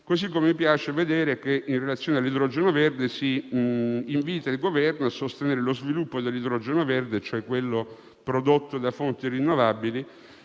Così come mi piace vedere che si invita il Governo a sostenere lo sviluppo dell'idrogeno verde, cioè quello prodotto da fonti rinnovabili,